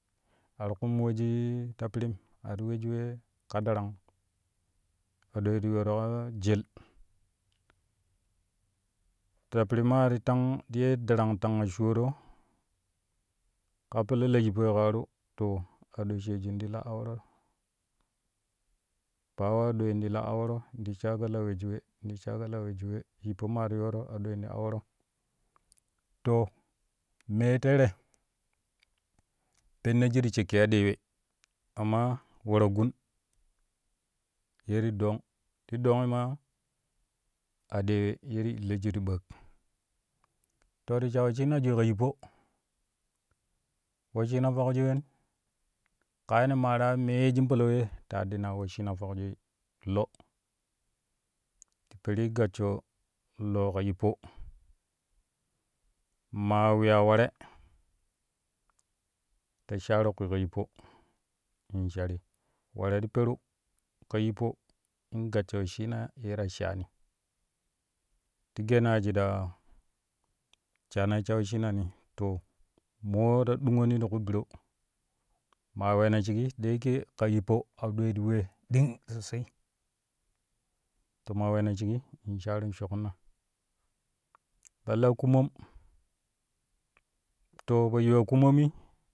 A ti kum we shi prim a ti we shik we ka darangum adoi te yooro kaaa jel ta piri ma ti tang ye darang tanga shuwoeo ka pelle la yippo yiƙa waru to ado sheeju ti la aworo bayan adoi ti la aworo ti shago la we shik we ti shago la we shik we yippo maa ti aɗoi ti aworo to mee tere pennaju ti shakki aɗewe amma we-ta-gun ye ti dong ti dongi maa adewe ye ti illoju ti ɓaak to ti sha wesshinajui ka yippo wesshina fokjui wen, ka yene maaraa mee ye shin palau ye ti aɗɗina wesshina fokjui lo ti peruc gassho lo ka yippo maa wiya ware ta sharo kwi ka yippo in shari ware ti peru ka yippo in gassho wesshina ye ta shaani ti geena yaji ta shanai sha wesshinani to moo ta ɗuuƙoni ti ƙu biro maa weena shiƙi da yake ka yippo aɗoi ti we ɗing sosai to maa weena shiƙi in sharun shoƙƙinna ka la akumom too po yiu akumoni.